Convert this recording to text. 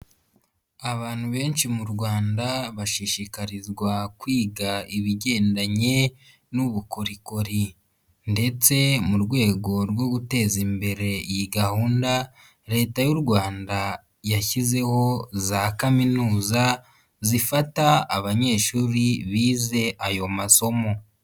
Abantu benshi mu Rwanda bashishikarizwa kwiga ibigendanye n'ubukorikori ndetse mu rwego rwo guteza imbere iyi gahunda, Leta y'u Rwanda yashyizeho za kaminuza zifata abanyeshuri bize ayo masomo.